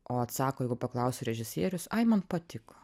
o atsako jeigu paklausia režisierius ai man patiko